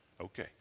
Okay